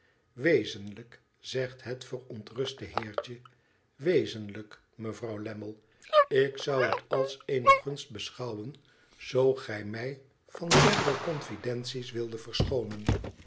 wezenlijk zegt het verontruste heertje i wezenlijk mevrouw lammie ik zou het als eene gunst beschouwen zoo gij mij van verdere confidences wildet verschoonen